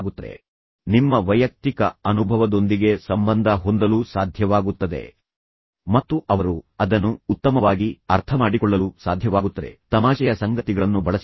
ನೀವು ಇತರ ಅನೇಕ ಜನರನ್ನು ಸಂಪರ್ಕಿಸುವ ವಿಧಾನವು ನಿಮ್ಮ ವೈಯಕ್ತಿಕ ಅನುಭವದೊಂದಿಗೆ ಸಂಬಂಧ ಹೊಂದಲು ಸಾಧ್ಯವಾಗುತ್ತದೆ ಮತ್ತು ಅವರು ಅದನ್ನು ಉತ್ತಮವಾಗಿ ಅರ್ಥಮಾಡಿಕೊಳ್ಳಲು ಸಾಧ್ಯವಾಗುತ್ತದೆ ತಮಾಷೆಯ ಸಂಗತಿಗಳನ್ನು ಬಳಸಿ